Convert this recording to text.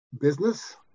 Business